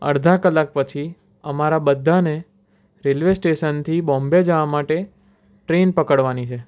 અડધા કલાક પછી અમારા બધાને રેલ્વે સ્ટેશનથી બોમ્બે જવા માટે ટ્રેન પકડવાની છે